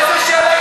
איזה מין שאלה זאת?